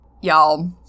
y'all